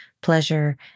pleasure